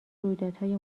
رویدادهای